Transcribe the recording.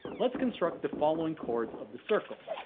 let's construct the following chords of the circle.